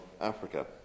Africa